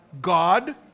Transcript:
God